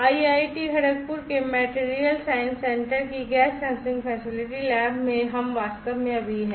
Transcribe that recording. IIT Kharagpur के material science centre की gas sensing facility lab में हम वास्तव में अभी हैं